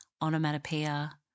onomatopoeia